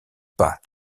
pas